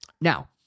Now